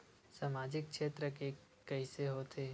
सामजिक क्षेत्र के कइसे होथे?